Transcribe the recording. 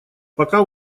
пока